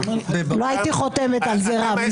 לא הייתי חותמת על זה, רם.